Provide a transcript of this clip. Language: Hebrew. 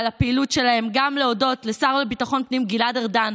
הפעילות שלהם ולהודות גם לשר לביטחון הפנים גלעד ארדן,